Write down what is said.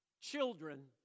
Children